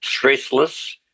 stressless